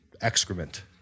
excrement